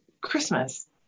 christmas